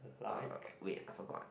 uh wait forgot